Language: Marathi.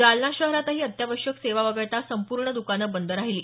जालना शहरातही अत्यावश्यक सेवा वगळता संपूर्ण दुकानं बंद राहिली